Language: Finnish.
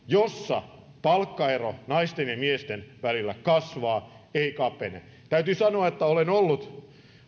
jossa palkkaero naisten ja miesten välillä kasvaa ei kapene täytyy sanoa että olen ollut